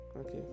Okay